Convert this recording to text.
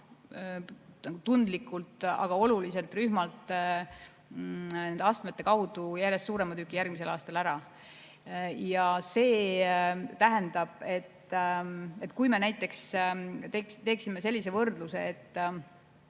tundlikult, aga oluliselt rühmalt nende astmete tõttu järjest suurema tüki järgmisel aastal ära. Ja see tähendab, et kui me teeksime sellise võrdluse, et